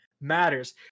matters